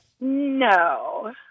No